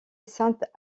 sainte